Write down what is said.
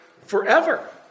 Forever